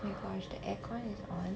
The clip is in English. oh my gosh the aircon is on